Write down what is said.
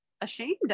ashamed